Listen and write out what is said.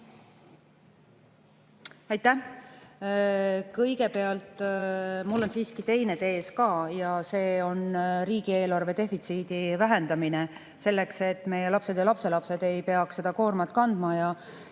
Aitäh! Kõigepealt, mul on siiski teine tees ka ja see on riigieelarve defitsiidi vähendamine, selleks et meie lapsed ja lapselapsed ei peaks seda koormat kandma.